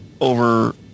over